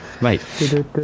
mate